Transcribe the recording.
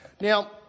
Now